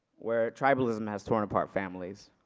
where tribalism has torn apart families.